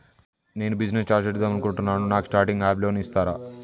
నేను business start చేద్దామనుకుంటున్నాను నాకు స్టార్టింగ్ అప్ లోన్ ఇస్తారా?